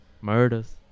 murders